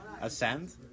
ascend